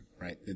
right